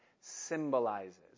symbolizes